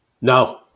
No